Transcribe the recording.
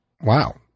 wow